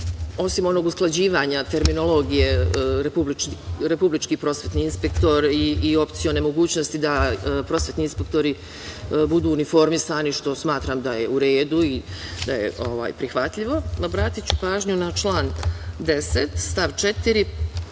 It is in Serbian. osim onog usklađivanja terminologije republički prosvetni inspektor i opcione mogućnosti da prosvetni inspektori budu uniformisani, što smatram da je u redu i da je prihvatljivo, obratiću pažnju na član 10. stav 4.